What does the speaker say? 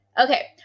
Okay